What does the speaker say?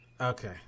Okay